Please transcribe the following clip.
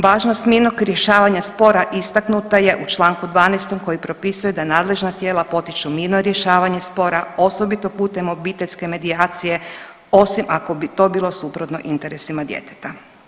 Važnost mirnog rješavanja spora istaknuta je u članku 12. koji propisuje da nadležna tijela potiču mirno rješavanje spora osobito putem obiteljske medijacije osim ako bi to bilo suprotno interesima djeteta.